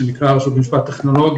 שנקרא רשות למשפט טכנולוגיה,